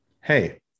Hey